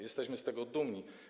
Jesteśmy z tego dumni.